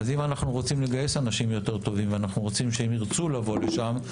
אם אנחנו רוצים לגייס אנשים יותר טובים ואנחנו רוצים שהם ירצו לבוא לשם,